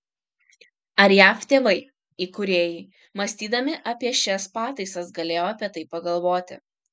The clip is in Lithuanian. ar jav tėvai įkūrėjai mąstydami apie šias pataisas galėjo apie tai pagalvoti